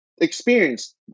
experienced